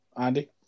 Andy